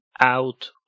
out